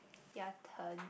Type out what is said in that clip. ya turn